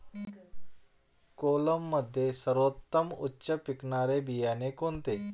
कोलममध्ये सर्वोत्तम उच्च पिकणारे बियाणे कोणते?